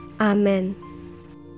Amen